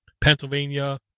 Pennsylvania